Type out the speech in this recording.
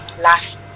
life